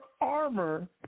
armor